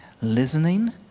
listening